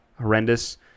horrendous